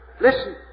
Listen